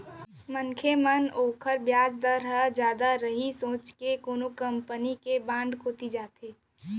मनसे मन ओकर बियाज दर जादा रही सोच के कोनो कंपनी के बांड कोती जाथें